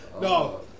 No